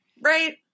Right